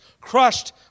crushed